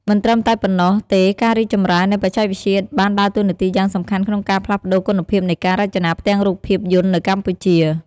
មិនត្រឹមតែប៉ុណ្ណោះទេការរីកចម្រើននៃបច្ចេកវិទ្យាបានដើរតួនាទីយ៉ាងសំខាន់ក្នុងការផ្លាស់ប្ដូរគុណភាពនៃការរចនាផ្ទាំងរូបភាពយន្តនៅកម្ពុជា ។